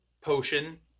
potion